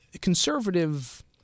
conservative